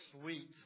Sweet